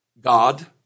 God